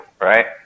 right